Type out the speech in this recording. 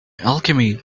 alchemy